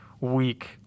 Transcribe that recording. week